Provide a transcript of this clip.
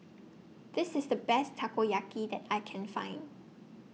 This IS The Best Takoyaki that I Can Find